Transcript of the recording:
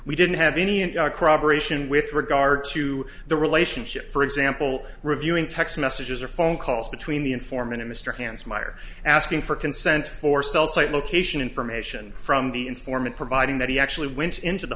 we didn't have any an operation with regard to the relationship for example reviewing text messages or phone calls between the informant mr hans meyer asking for consent for cell site location information from the informant providing that he actually went into the